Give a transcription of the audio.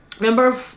Number